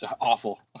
Awful